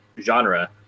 genre